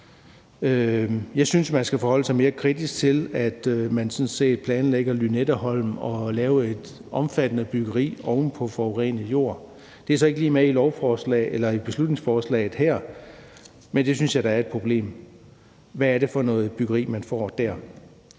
Jeg synes, man skal forholde sig mere kritisk til, at man med Lynetteholmen planlægger at lave et omfattende byggeri oven på forurenet jord. Det er så ikke lige med i beslutningsforslaget her, men det synes jeg da er et problem. Hvad er det for noget byggeri, man får der?